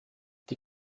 die